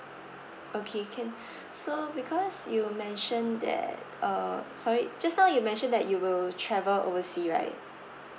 okay can so because you mention that uh sorry just now you mention that you will travel oversea right